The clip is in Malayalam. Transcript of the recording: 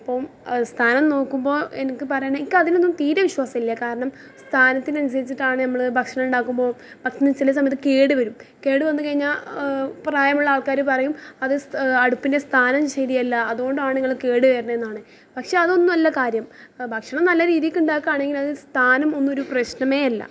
അപ്പം സ്ഥാനം നോക്കുമ്പോൾ എനിക്ക് പറയണ എനിക്ക് അതിനൊന്നും തീരെ വിശ്വാസമില്ല കാരണം സ്ഥാനത്തിന് അനുസരിച്ചിട്ടാണ് നമ്മൾ ഭക്ഷണം ഉണ്ടാക്കുമ്പോൾ ഭക്ഷണം ചില സമയത്ത് കേട് വരും കേട് വന്ന് കഴിഞ്ഞാൽ പ്രായമുള്ള ആൾക്കാര് പറയും അത് അടുപ്പിൻ്റെ സ്ഥാനം ശരിയല്ല അതുകൊണ്ടാണ് ഇങ്ങനെ കേട് വരുന്നതെന്നാണ് പക്ഷേ അതൊന്നും അല്ല കാര്യം ഭക്ഷണം നല്ല രീതിക്ക് ഉണ്ടാക്കും ആണെ സ്ഥാനം ഒന്നും ഒരു പ്രശ്നമേ അല്ല